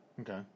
Okay